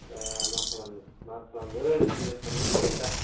दा मा खालामो मा खालामगोन सिन्थासो खालामबायलै आदा